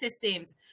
systems